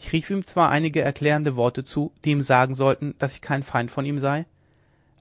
ich rief ihm zwar einige erklärende worte zu die ihm sagen sollten daß ich kein feind von ihm sei